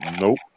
nope